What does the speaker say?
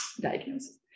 diagnosis